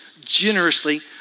Generously